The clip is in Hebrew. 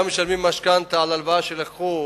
גם משלמים משכנתה על הלוואה שלקחו